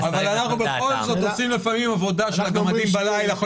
אבל אנחנו בכל זאת עושים לפעמים עבודה של גמדים בלילה,